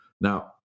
now